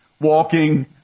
walking